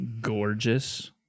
Gorgeous